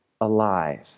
alive